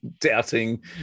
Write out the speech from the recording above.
doubting